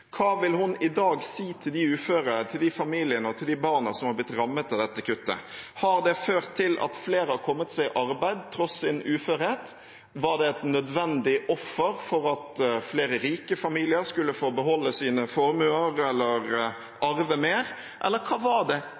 Hva vil hun i dag si til de uføre, til de familiene og de barna som har blitt rammet av dette kuttet? Har det ført til at flere har kommet seg i arbeid tross sin uførhet? Var det et nødvendig offer for at flere rike familier skulle få beholde sine formuer eller arve mer? Eller hva var det